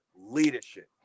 Leadership